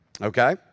Okay